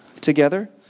together